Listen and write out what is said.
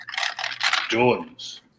Jordans